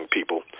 people